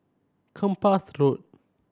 Kempas Road